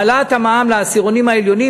העלאת המע"מ לעשירונים העליונים,